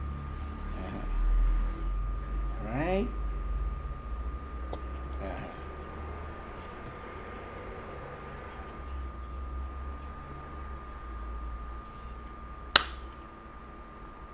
(uh huh) right (uh huh)